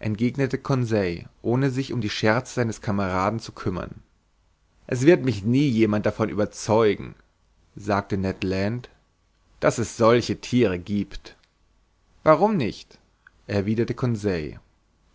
entgegnete conseil ohne sich um die scherze seines kameraden zu kümmern es wird mich nie jemand davon überzeugen sagte ned land daß es solche thiere giebt warum nicht erwiderte conseil